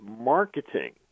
marketing